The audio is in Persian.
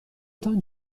تان